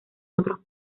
otros